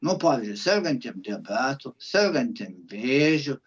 nu pavyzdžiui sergantiem diabetu sergantiem vėžiu